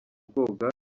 koga